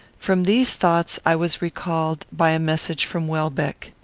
from these thoughts i was recalled by a message from welbeck.